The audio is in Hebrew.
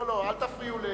לא לא, אל תפריעו.